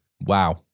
Wow